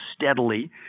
steadily